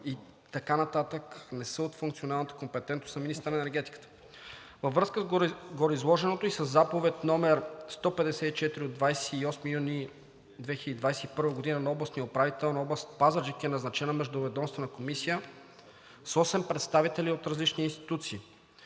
и така нататък не са от функционалната компетентност на министъра на енергетиката. Във връзка с гореизложеното и със Заповед № 154 от 28 юни 2021 г. на областния управител на област Пазарджик е назначена Междуведомствена комисия с осем представители от различни институции: